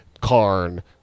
Karn